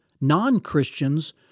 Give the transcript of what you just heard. non-Christians